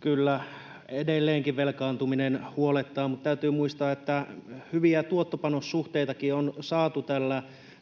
Kyllä edelleenkin velkaantuminen huolettaa, mutta täytyy muistaa, että hyviä tuotto—panos-suhteitakin on saatu tällä